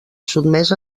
sotmès